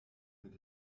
mit